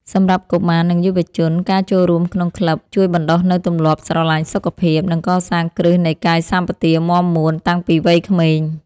សម្រាប់កុមារ និងយុវជន ការចូលរួមក្នុងក្លឹបជួយបណ្ដុះនូវទម្លាប់ស្រឡាញ់សុខភាព និងកសាងគ្រឹះនៃកាយសម្បទាមាំមួនតាំងពីវ័យក្មេង។